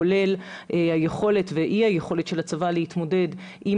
כולל היכולת ואי היכולת של הצבא להתמודד עם